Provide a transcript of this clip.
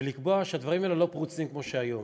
ולקבוע שהדברים האלה לא יהיו פרוצים כמו שהם היום.